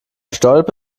stolpe